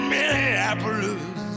Minneapolis